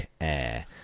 Air